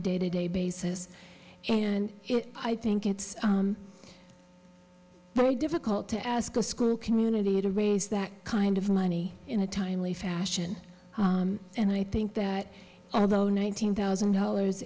a day to day basis and i think it's very difficult to ask a school community to raise that kind of money in a timely fashion and i think that although nine hundred thousand dollars